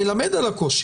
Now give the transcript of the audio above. מלמד על הקושי.